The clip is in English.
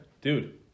dude